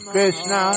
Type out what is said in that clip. Krishna